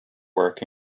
work